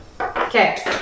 Okay